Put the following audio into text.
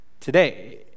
Today